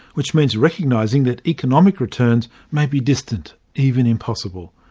which means recognising that economic returns may be distant, even impossible.